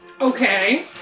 Okay